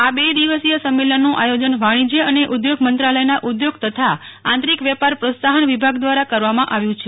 આ બે દિવસીય સંમેલનનું આયોજન વાણિજ્ય અને ઉદ્યોગ મંત્રાલયનાં ઉદ્યોગ તથા આંતરીક વેપાર પ્રોત્સાહન વિભાગ દ્વારા કરવામાં આવ્યું છે